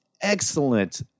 excellent